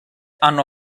hanno